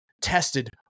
tested